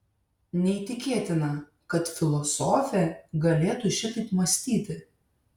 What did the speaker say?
neįtikėtina kad filosofė galėtų šitaip mąstyti